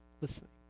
listening